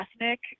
ethnic